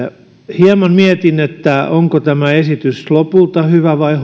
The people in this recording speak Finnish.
hieman mietin että onko tämä esitys lopulta hyvä vai